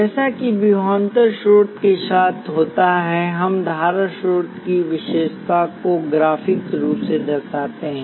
जैसा कि विभवांतर स्रोत के साथ होता है हम धारा स्रोत की विशेषता को ग्राफिक रूप से दर्शाते हैं